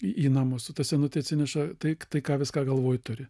į namus o ta senutė atsineša tai tai ką viską galvoj turi